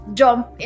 jump